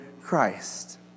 Christ